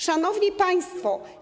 Szanowni Państwo!